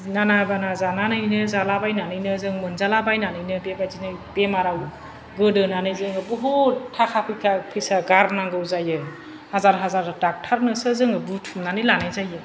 बिदिनो नानाबाना जानानैनो जालाबायनानैनो जों मोनजालाबायनानैनो बेबायदिनो बेमाराव गोदोनानै जोङो बुहुथ थाखा फैसा गारनांगौ जायो हाजार हाजार दाक्टारनोसो जोङो बुथुमनानै लानाय जायो